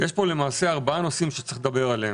ארבעה נושאים שצריך לדבר עליהם: